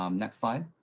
um next slide.